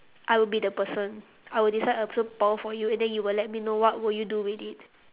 I will be the person I will decide a superpower for you and then you will let me know what you will do with it